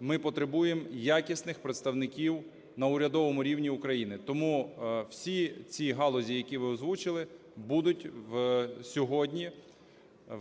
Ми потребуємо якісних представників на урядовому рівні України. Тому всі ці галузі, які ви озвучили, будуть сьогодні